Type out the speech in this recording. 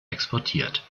exportiert